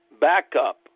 backup